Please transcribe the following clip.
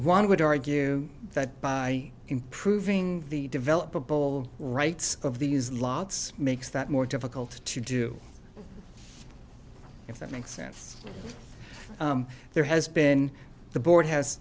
one would argue that by improving the developable rights of these lots makes that more difficult to do if that makes sense there has been the board has